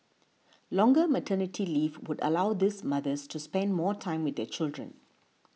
longer maternity leave would allow these mothers to spend more time with their children